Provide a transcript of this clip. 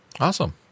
Awesome